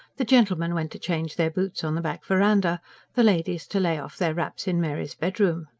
the gentlemen went to change their boots on the back verandah the ladies to lay off their wraps in mary's bedroom.